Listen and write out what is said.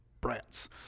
brats